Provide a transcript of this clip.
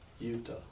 Utah